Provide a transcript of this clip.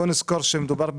בוא נזכור שמדובר בקנס.